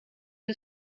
who